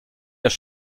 das